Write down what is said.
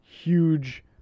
Huge